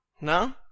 No